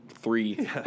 Three